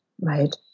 right